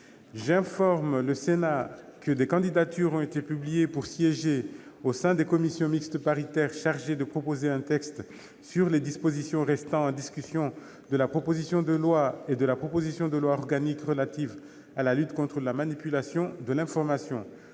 J'informe le Sénat que des candidatures ont été publiées pour siéger au sein des commissions mixtes paritaires chargées de proposer un texte sur les dispositions restant en discussion de la proposition de loi et de la proposition de loi organique relatives à la lutte contre la manipulation de l'information.